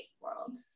world